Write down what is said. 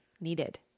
needed